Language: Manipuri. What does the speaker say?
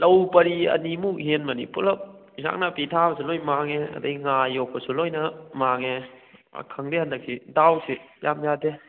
ꯂꯧ ꯄꯥꯔꯤ ꯑꯅꯤꯃꯨꯛ ꯍꯦꯟꯕꯅꯤ ꯄꯨꯂꯞ ꯏꯟꯁꯥꯡ ꯅꯥꯄꯤ ꯊꯥꯕꯁꯨ ꯄꯨꯂꯞ ꯃꯥꯡꯉꯦ ꯑꯗꯒꯤ ꯉꯥ ꯌꯣꯛꯄꯁꯨ ꯂꯣꯏꯅ ꯃꯥꯡꯉꯦ ꯈꯪꯗꯦ ꯍꯟꯗꯛꯇꯤ ꯗꯥꯎꯁꯤ ꯌꯥꯝ ꯌꯥꯗꯦ